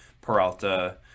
Peralta